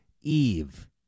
Eve